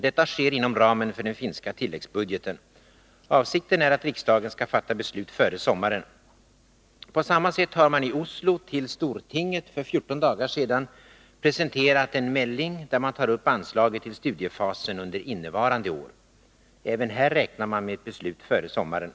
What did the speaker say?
Detta sker inom ramen för den finska tilläggsbudgeten. Avsikten är att riksdagen skall fatta beslut före sommaren. På samma sätt har man i Oslo för stortinget för 14 dagar sedan presenterat en melding där man tar upp anslaget till studiefasen under innevarande år. Även här räknar man med ett beslut Nr 155 före sommaren.